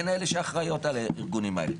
הן אלה שאחראיות על ארגוני הפשיעה,